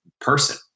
person